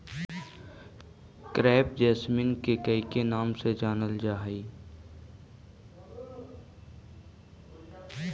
crepe jasmine के कईक नाम से जानलजा हइ